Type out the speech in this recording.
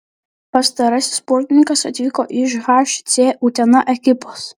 pastarasis sportininkas atvyko iš hc utena ekipos